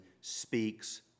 speaks